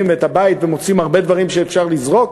ואת הבית ומוצאים הרבה דברים שאפשר לזרוק?